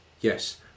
Yes